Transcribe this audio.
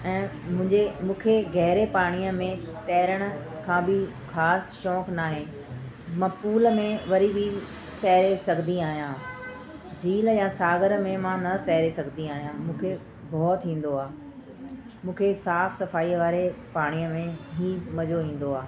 ऐं मुंहिंजे मूंखे गहिरे पणीअ में तैरण खां बि ख़ासि शौंक़ु न आहे मां पूल में वरी बि तैरे सघंदी आहियां झील यां सागर में मां न तैरे सघंदी आहियां मूंखे भउ थींदो आहे मूंखे साफ़ु सफ़ाईअ वारे पाणीअ में ई मज़ो ईंदो आहे